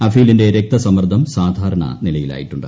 അഫീലിന്റെ രക്തസമ്മർദ്ദം സാധാരണ നിലയിലായിട്ടുണ്ട്